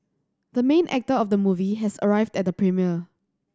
the main actor of the movie has arrived at the premiere